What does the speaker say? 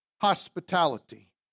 hospitality